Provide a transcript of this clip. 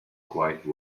quite